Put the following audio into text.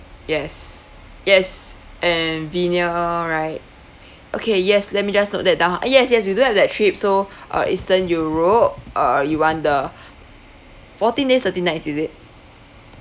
yes yes and vienna right okay yes let me just note that down yes yes we do have that trip so uh eastern europe uh you want the fourteen days thirteen nights is it